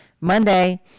Monday